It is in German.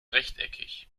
rechteckig